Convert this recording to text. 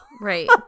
Right